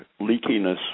leakiness